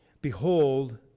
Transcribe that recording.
behold